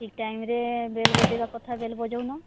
ଠିକ୍ ଟାଇମ୍ରେ ବେଲ୍ ବଜେଇବା କଥା ବେଲ୍ ବଜାଉନ